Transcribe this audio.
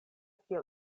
kiel